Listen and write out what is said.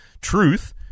truth